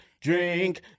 drink